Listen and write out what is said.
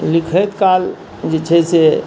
लिखैत काल जे छै से